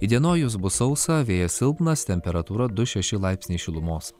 įdienojus bus sausa vėjas silpnas temperatūra du šeši laipsniai šilumos